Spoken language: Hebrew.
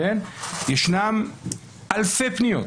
יש אלפי פניות,